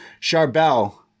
Charbel